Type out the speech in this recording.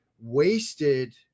wasted